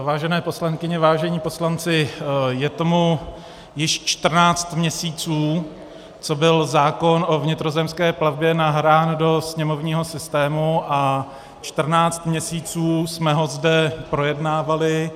Vážené poslankyně, vážení poslanci, je tomu již 14 měsíců, co byl zákon o vnitrozemské plavbě nahrán do sněmovního systému, a 14 měsíců jsme ho zde projednávali.